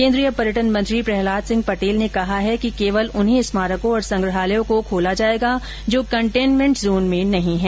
केन्द्रीय पर्यटन मंत्री प्रहलाद सिंह पटेल ने कहा है कि केवल उन्हीं स्मारकों और संग्रहालयों को खोला जायेगा जो कंटेनमेंट जोन में नही है